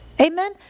Amen